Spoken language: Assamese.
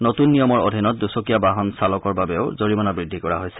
নতুন নিয়মৰ অধীনত দূচকীয়া বাহন চালকৰ বাবেও জৰিমণা বৃদ্ধি কৰা হৈছে